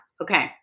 Okay